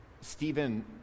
Stephen